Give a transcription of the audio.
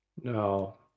No